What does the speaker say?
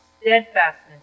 steadfastness